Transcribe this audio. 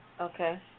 Okay